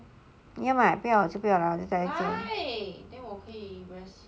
你要吗不要我就不要来我在这边